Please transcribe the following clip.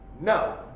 No